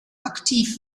aktiv